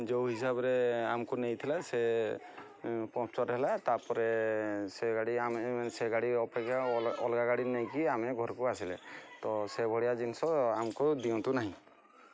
ଯୋଉ ହିସାବରେ ଆମକୁ ନେଇଥିଲା ସେ ପମ୍ପଚର୍ ହେଲା ତା'ପରେ ସେ ଗାଡ଼ି ଆମେ ସେ ଗାଡ଼ି ଅପେକ୍ଷା ଅଲଗା ଗାଡ଼ି ନେଇକି ଆମେ ଘରକୁ ଆସିଲେ ତ ସେ ଭଳିଆ ଜିନିଷ ଆମକୁ ଦିଅନ୍ତୁ ନାହିଁ